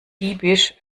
diebisch